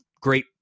great